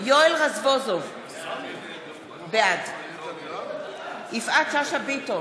יואל רזבוזוב, בעד יפעת שאשא ביטון,